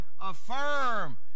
affirm